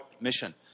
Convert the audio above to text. mission